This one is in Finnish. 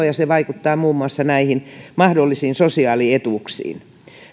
ja se vaikuttaa muun muassa mahdollisiin sosiaalietuuksiin